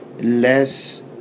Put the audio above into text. less